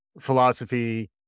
philosophy